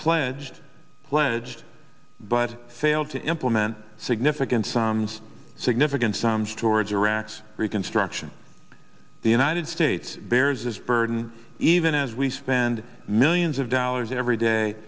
pledged pledged but failed to implement significant sums significant sums towards iraq's reconstruction the united states bears its burden even as we spend millions of dollars every day